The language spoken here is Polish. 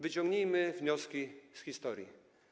Wyciągnijmy wnioski z historii.